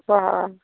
बा